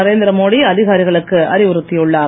நரேந்திரமோடி அதிகாரிகளுக்கு அறிவுறுத்தியுள்ளார்